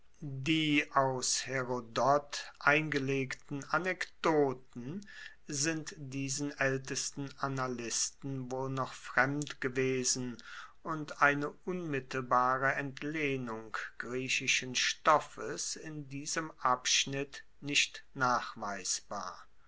die aus herodot eingelegten anekdoten sind diesen aeltesten annalisten wohl noch fremd gewesen und eine unmittelbare entlehnung griechischen stoffes in diesem abschnitt nicht nachweisbar